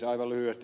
aivan lyhyesti